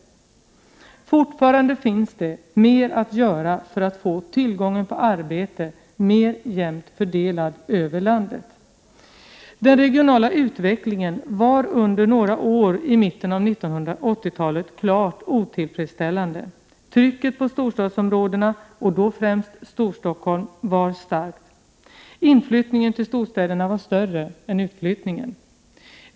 Fortfarande finns det också mer att göra för att få tillgången på arbete mer jämnt fördelad över landet. Den regionala utvecklingen var under några år i mitten av 1980-talet klart otillfredsställande. Trycket på storstadsområdena — och då främst Storstockholm — var starkt. Inflyttningen till storstäderna var större än utflyttningen.